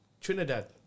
Trinidad